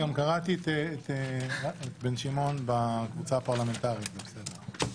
קראתי את בן שמעון בקבוצה הפרלמנטרית, זה בסדר.